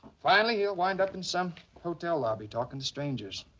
finally he'll wind up in some hotel lobby. talking to strangers.